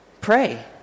pray